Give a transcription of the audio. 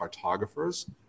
cartographers